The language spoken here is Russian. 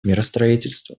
миростроительству